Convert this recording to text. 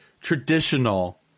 traditional